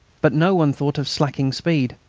but no one thought of slackening speed.